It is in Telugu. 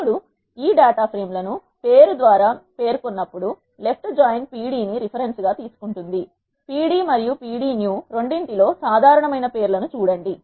ఇప్పుడు ఈ 2 డేటా ఫ్రేమ్ లను పేరు ద్వారా మీరు పేర్కొన్నప్పుడు లెఫ్ట్ జాయిన్ pd ని రిఫరెన్స్ గా తీసుకుంటుంది p d మరియు p d new రెండింటి లో సాధారణమైన పేర్లను చూడండి